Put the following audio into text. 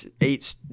eight